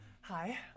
Hi